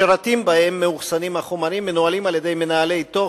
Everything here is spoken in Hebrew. השרתים שבהם מאוחסנים החומרים מנוהלים על-ידי מנהלי תוכן,